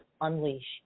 unleash